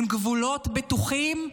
עם גבולות בטוחים,